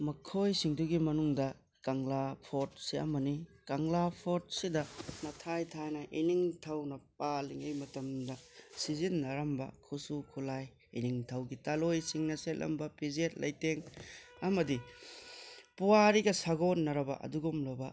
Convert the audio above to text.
ꯃꯈꯣꯏꯁꯤꯡꯗꯨꯒꯤ ꯃꯅꯨꯡꯗ ꯀꯪꯂꯥ ꯐꯣꯔꯠꯁꯦ ꯑꯃꯅꯤ ꯀꯪꯂꯥ ꯐꯣꯔꯠꯁꯤꯗ ꯃꯊꯥꯏ ꯊꯥꯏꯅ ꯏꯅꯤꯡꯊꯧꯅ ꯄꯥꯜꯂꯤꯉꯩ ꯃꯇꯝꯗ ꯁꯤꯖꯤꯟꯅꯔꯝꯕ ꯈꯨꯠꯁꯨ ꯈꯨꯠꯂꯥꯏ ꯏꯅꯤꯡꯊꯧꯒꯤ ꯇꯥꯂꯣꯏꯁꯤꯡꯅ ꯁꯦꯠꯂꯝꯕ ꯐꯤꯖꯦꯠ ꯂꯩꯇꯦꯡ ꯑꯃꯗꯤ ꯄꯨꯋꯥꯔꯤꯒ ꯁꯥꯒꯣꯟꯅꯔꯕ ꯑꯗꯨꯒꯨꯝꯂꯕ